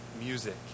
music